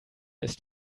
ist